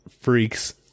freaks